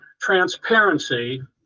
transparency